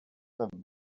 them